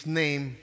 name